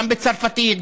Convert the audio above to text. גם בצרפתית,